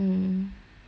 true lah